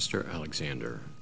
mr alexander